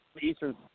Eastern